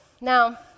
Now